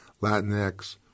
Latinx